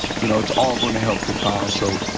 you know, it's all gonna help the cause. so,